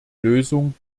lösung